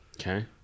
okay